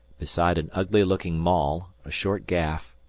beside an ugly-looking maul, a short gaff,